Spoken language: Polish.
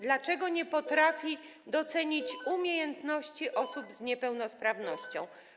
Dlaczego nie potrafi docenić umiejętności osób z niepełnosprawnością?